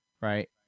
right